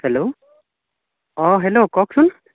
hello অঁ hello কওকচোন